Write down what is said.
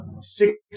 six